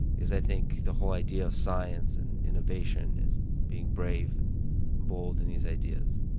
is i think the whole idea of science and innovation is being brave, and bold in these ideas.